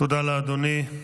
תודה לאדוני.